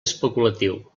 especulatiu